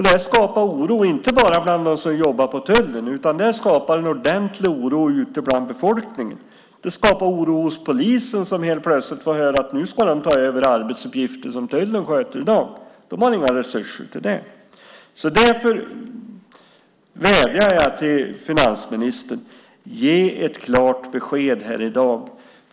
Det har skapat oro inte bara bland dem som jobbar i tullen utan det har skapat en ordentlig oro ute bland befolkningen. Det skapar oro hos polisen som helt plötsligt får höra att de nu ska ta över arbetsuppgifter som tullen sköter i dag. De har inga resurser till det. Därför vädjar jag till finansministern: Ge ett klart besked här i dag!